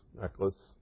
necklace